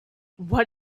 what